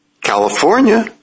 California